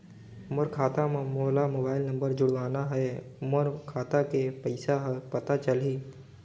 मोर खाता मां मोला मोबाइल नंबर जोड़वाना हे मोर खाता के पइसा ह पता चलाही?